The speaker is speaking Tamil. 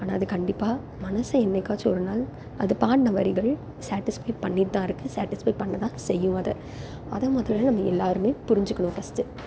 ஆனால் அது கண்டிப்பாக மனசை என்னைக்காச்சும் ஒரு நாள் அது பாடின வரிகள் சாட்டிஸ்ஃபைட் பண்ணிகிட்டு தான் இருக்கு சாட்டிஸ்ஃபைட் பண்ணத்தான் செய்யும் அதை அதை முதல்ல நம்ம எல்லோருமே புரிஞ்சுக்கணும் ஃபஸ்ட்டு